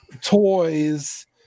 toys